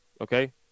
okay